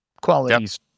qualities